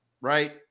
right